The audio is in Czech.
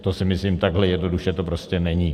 To si myslím, takhle jednoduše to prostě není.